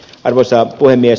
arvoisa puhemies